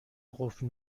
قفل